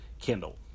Kindle